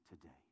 today